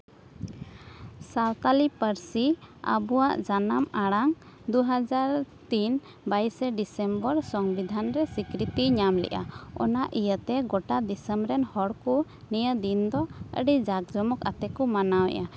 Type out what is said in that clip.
ᱥᱟᱱᱛᱟᱲᱤ ᱯᱟᱹᱨᱥᱤ ᱟᱵᱚᱣᱟᱜ ᱡᱟᱱᱟᱢ ᱟᱲᱟᱝ ᱫᱩ ᱦᱟᱡᱟᱨ ᱛᱤᱱ ᱵᱟᱭᱤᱥᱮ ᱰᱤᱥᱮᱢᱵᱚᱨ ᱥᱚᱝᱵᱤᱫᱷᱟᱱ ᱨᱮ ᱥᱤᱠᱨᱤᱛᱤᱭ ᱧᱟᱢ ᱞᱮᱜᱼᱟ ᱚᱱᱟ ᱤᱭᱟᱹᱛᱮ ᱜᱚᱴᱟ ᱫᱤᱥᱚᱢ ᱨᱮᱱ ᱦᱚᱲ ᱠᱚ ᱱᱤᱭᱟᱹ ᱫᱤᱱ ᱫᱚ ᱟᱹᱰᱤ ᱡᱟᱸᱠ ᱡᱚᱢᱚᱠ ᱟᱛᱮᱫ ᱠᱚ ᱢᱟᱱᱟᱣᱮᱜᱼᱟ